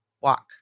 walk